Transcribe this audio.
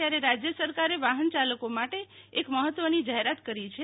ત્યારે રાજ્ય સરકારે વાહન ચાલકો માટે એક મહત્વની જાહેરાત કરી છે